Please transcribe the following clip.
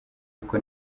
ariko